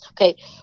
Okay